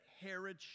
Herod